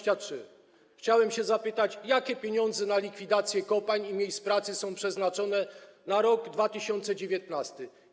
Chciałem zapytać: Jakie pieniądze na likwidację kopalń i miejsc pracy są przeznaczone na rok 2019?